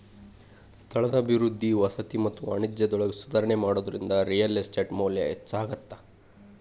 ಸ್ಥಳದ ಅಭಿವೃದ್ಧಿ ವಸತಿ ಮತ್ತ ವಾಣಿಜ್ಯದೊಳಗ ಸುಧಾರಣಿ ಮಾಡೋದ್ರಿಂದ ರಿಯಲ್ ಎಸ್ಟೇಟ್ ಮೌಲ್ಯ ಹೆಚ್ಚಾಗತ್ತ